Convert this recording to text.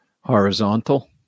horizontal